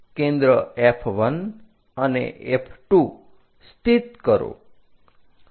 કેન્દ્ર F1 અને F2 સ્થિત કરો